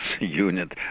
unit